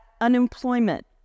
unemployment